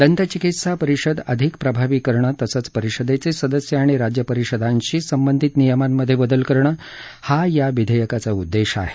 दंतचिकित्सा परिषद अधिक प्रभावी करणं तसंच परिषदेचे सदस्य आणि राज्यपरिषदांशी संबंधित नियमांमधे बदल करणं हा या विधेयकाचा उद्देश आहे